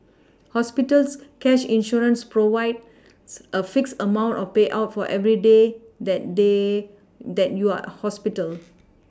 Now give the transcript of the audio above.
hospital cash insurance provides a fixed amount of payout for every day that they that you are hospital